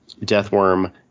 Deathworm